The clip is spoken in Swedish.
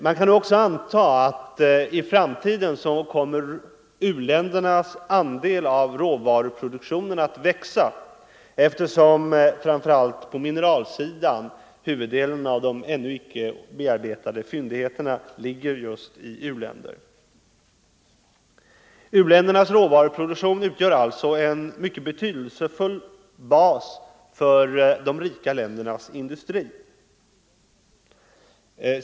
Man kan också anta att i framtiden kommer u-ländernas andel av råvaruproduktionen att växa, eftersom huvuddelen av de ännu icke bearbetade fyndigheterna framför allt på mineralsidan ligger just i u-länder. U-ländernas råvaruproduktion utgör alltså en mycket betydelsefull bas 197 för de rika ländernas industri.